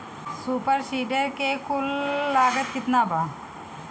Super seeder के कुल लागत केतना बा?